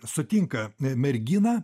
sutinka merginą